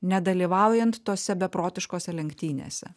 nedalyvaujant tose beprotiškose lenktynėse